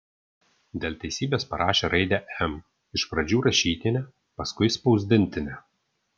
dėl teisybės parašė raidę m iš pradžių rašytinę paskui spausdintinę